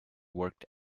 worked